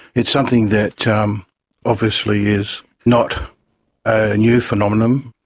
it's something that um obviously is not a new phenomenon.